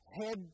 head